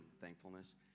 thankfulness